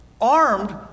armed